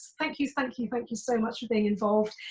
thank you, thank you thank you so much for being involved.